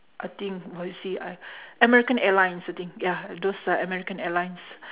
I think I see I American airlines I think ya those American airlines